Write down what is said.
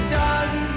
done